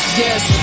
yes